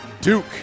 Duke